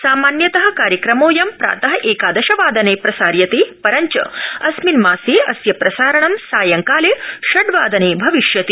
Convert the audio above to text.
सामान्यतः कार्यक्रमोऽयं प्रातः एकादश वादने प्रसार्यते परञ्च अस्मिन् मासे अस्य प्रसारण सायंकाले षड् वादने भविष्यति